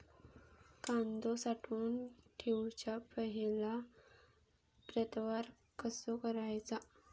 कांदो साठवून ठेवुच्या पहिला प्रतवार कसो करायचा?